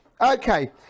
Okay